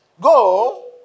Go